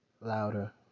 louder